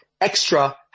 extra